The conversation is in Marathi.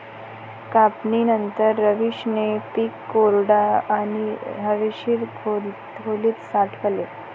कापणीनंतर, रवीशने पीक कोरड्या आणि हवेशीर खोलीत साठवले